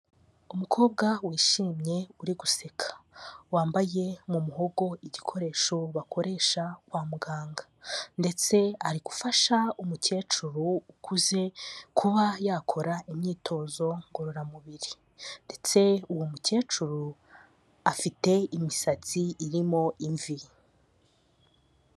Umukobwa wishimye uri guseka, wambaye mu muhogo igikoresho bakoresha kwa muganga, ndetse ari gufasha umukecuru ukuze kuba yakora imyitozo ngororamubiri, ndetse uwo mukecuru afite imisatsi irimo imvi.